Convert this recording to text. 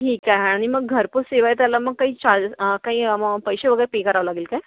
ठीक आहे आणि मग घरपोच सेवा आहे मग त्याला काही चार्जेस काही पैसे वगैरे पे करावे लागेल काय